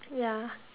ya